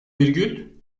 virgül